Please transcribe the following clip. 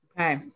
Okay